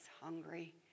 hungry